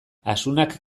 asunak